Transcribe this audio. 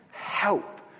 help